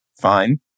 Fine